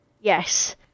Yes